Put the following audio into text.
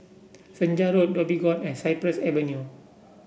Senja Road Dhoby Ghaut and Cypress Avenue